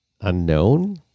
unknown